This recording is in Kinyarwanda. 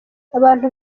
abantu